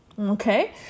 okay